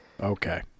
okay